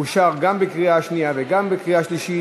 אושרה גם בקריאה שנייה וגם בקריאה שלישית